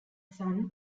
son